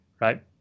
right